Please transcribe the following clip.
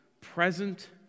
present